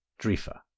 Drifa